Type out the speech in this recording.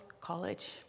college